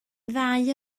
ddau